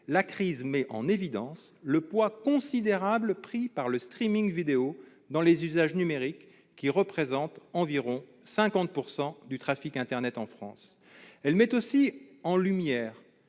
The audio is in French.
la crise met en évidence le poids considérable pris par le vidéo dans les usages numériques : il représente environ 50 % du trafic internet en France ! Elle met aussi en lumière